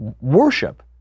Worship